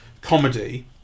comedy